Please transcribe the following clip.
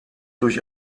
durch